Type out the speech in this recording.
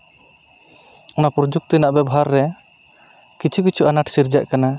ᱚᱱᱟ ᱯᱨᱚᱡᱩᱠᱛᱤ ᱨᱮᱱᱟᱜ ᱵᱮᱵᱷᱟᱨ ᱨᱮ ᱠᱤᱪᱷᱩ ᱠᱤᱪᱷᱩ ᱟᱱᱟᱴ ᱥᱤᱨᱡᱟᱹᱜ ᱠᱟᱱᱟ